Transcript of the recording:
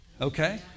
okay